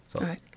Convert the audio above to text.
right